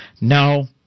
No